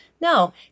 No